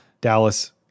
Dallas